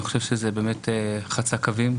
אני חושב שזה חצה קווים,